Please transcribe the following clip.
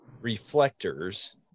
reflectors